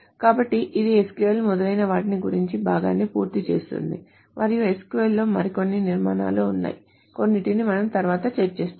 కాబట్టి ఇది SQL మొదలైన వాటి గురించి భాగాన్ని పూర్తి చేస్తుంది మరియు SQL లో మరికొన్ని నిర్మాణాలు ఉన్నాయి కొన్నింటిని మనం తరువాత చర్చిస్తాము